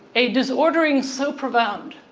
a disordering so profound,